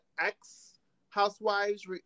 ex-housewives